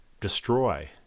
destroy